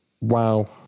Wow